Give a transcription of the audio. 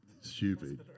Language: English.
stupid